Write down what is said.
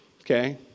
Okay